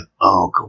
Uncle